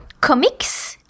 comics